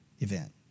event